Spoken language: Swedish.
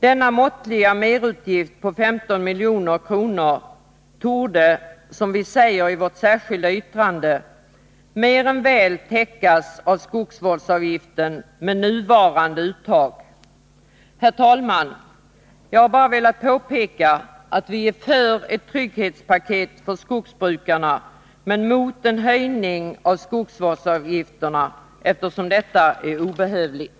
Denna måttliga merutgift på 15 milj.kr. torde, som vi säger i vårt särskilda yttrande, mer än väl täckas av skogsvårdsavgiften med nuvarande uttag. Herr talman! Jag har bara velat påpeka att vi är för ett trygghetspaket för skogsbrukarna, men mot en höjning av skogsvårdsavgifterna, eftersom detta är obehövligt.